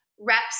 reps